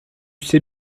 sais